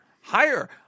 Higher